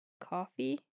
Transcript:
coffee